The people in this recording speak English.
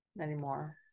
anymore